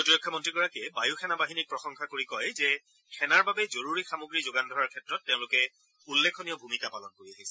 প্ৰতিৰক্ষা মন্ত্ৰীগৰাকীয়ে বায়ু সেনা বাহিনীক প্ৰশংসা কৰি কয় যে সেনাৰ বাবে জৰুৰী সামগ্ৰী যোগান ধৰাৰ ক্ষেত্ৰত তেওঁলোকে উল্লেখনীয় ভূমিকা পালন কৰি আহিছে